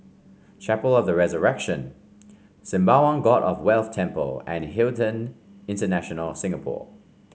Chapel of The Resurrection Sembawang God of Wealth Temple and Hilton International Singapore